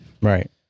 Right